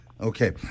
Okay